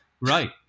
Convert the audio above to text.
Right